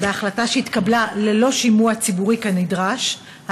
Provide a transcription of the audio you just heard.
בהחלטה שהתקבלה ללא שימוע ציבורי כנדרש,